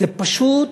זה פשוט